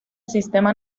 sistema